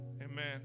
Amen